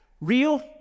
real